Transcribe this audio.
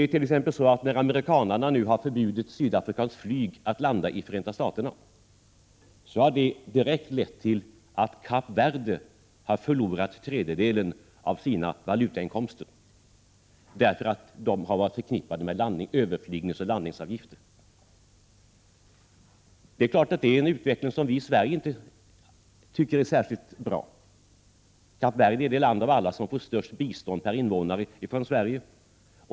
När t.ex. amerikanarna nu förbjudit sydafrikanskt flyg att landa i Förenta Staterna, har det direkt lett till att Cap Verde har förlorat en tredjedel av sina valutainkomster, därför att de har varit förknippade med överflygningsoch landningsavgifter. Det är naturligtvis en utveckling som vi i Sverige inte tycker är särskilt bra. Cap Verde är det land av alla som får störst bistånd per invånare från Sverige.